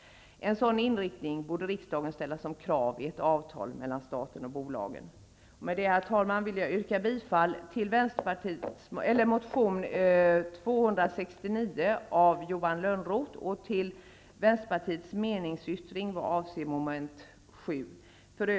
En sådan inriktning borde riksdagen ställa som krav i ett avtal mellan staten och bolagen. Herr talman! Jag vill yrka bifall till motion Kr269 av Johan Lönnroth och till Vänsterpartiets meningsyttring vad avser mom. 7.